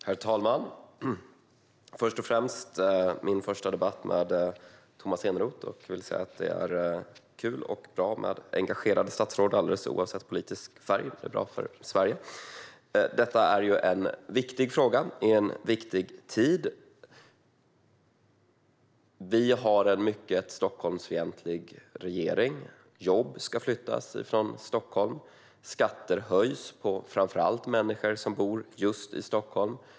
Herr talman! Först och främst: Detta är min första debatt med Tomas Eneroth, och jag vill säga att det är kul och bra med engagerade statsråd - alldeles oavsett politisk färg. Det är bra för Sverige. Detta är en viktig fråga i en viktig tid. Vi har en mycket Stockholmsfientlig regering: Jobb ska flyttas från Stockholm, och skatter höjs framför allt för människor som bor just i Stockholm.